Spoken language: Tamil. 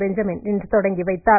பெஞ்சமின் இன்று துவக்கி வைத்தார்